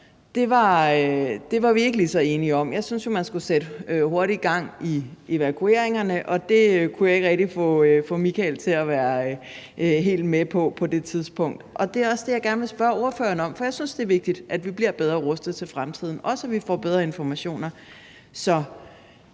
gøres var vi ikke lige så enige om. Jeg synes jo, at man skulle sætte hurtigt gang i evakueringerne, og det kunne jeg ikke rigtig få Michael Aastrup Jensen til at være helt med på på det tidspunkt. Og det er også det, jeg gerne vil spørge ordføreren om, for jeg synes, det er vigtigt, at vi bliver bedre rustet til fremtiden, også at vi får bedre informationer: